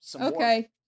okay